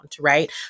right